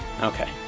okay